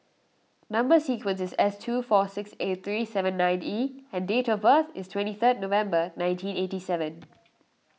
Number Sequence is S two four six eight three seven nine E and date of birth is twenty third November nineteen eighty seven